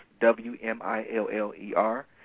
w-m-i-l-l-e-r